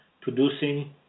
producing